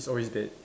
is always dead